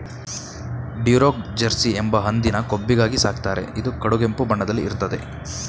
Duroc Jersey ಎಂಬ ಹಂದಿನ ಕೊಬ್ಬಿಗಾಗಿ ಸಾಕ್ತಾರೆ ಇದು ಕಡುಗೆಂಪು ಬಣ್ಣದಲ್ಲಿ ಇರ್ತದೆ